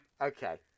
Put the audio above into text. Okay